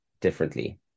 differently